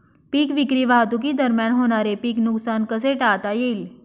पीक विक्री वाहतुकीदरम्यान होणारे पीक नुकसान कसे टाळता येईल?